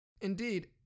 Indeed